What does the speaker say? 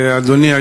אדוני.